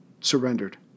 surrendered